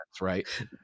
right